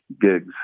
gigs